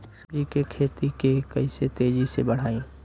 सब्जी के खेती के कइसे तेजी से बढ़ाई?